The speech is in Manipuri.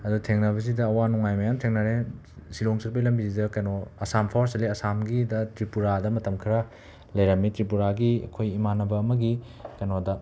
ꯑꯗꯣ ꯊꯦꯡꯅꯕꯁꯤꯗ ꯑꯋꯥ ꯅꯨꯡꯉꯥꯏ ꯃꯌꯥꯝ ꯊꯦꯡꯅꯔꯦ ꯁꯤꯂꯣꯡ ꯆꯠꯄꯒꯤ ꯂꯝꯕꯤꯁꯤꯗ ꯀꯦꯅꯣ ꯑꯁꯥꯝ ꯐꯥꯎꯔꯒ ꯆꯠꯂꯤ ꯑꯁꯥꯝꯒꯤꯗ ꯇ꯭ꯔꯤꯄꯨꯔꯥꯗ ꯃꯇꯝ ꯈꯔ ꯂꯩꯔꯝꯃꯤ ꯇ꯭ꯔꯤꯄꯨꯔꯥꯒꯤ ꯑꯩꯈꯣꯏ ꯏꯃꯥꯟꯅꯕ ꯑꯃꯒꯤ ꯀꯦꯅꯣꯗ